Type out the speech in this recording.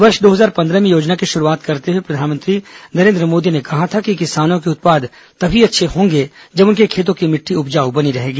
वर्ष दो हजार पंद्रह में योजना की शुरूआत करते हुए प्रधानमंत्री नरेन्द्र मोदी ने कहा था कि किसानों के उत्पाद तभी अच्छे होंगे जब उनके खेतों की मिट्टी उपजाऊ बनी रहेगी